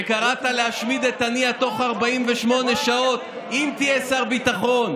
שקראת להשמיד את הנייה בתוך 48 שעות אם תהיה שר ביטחון,